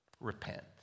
repent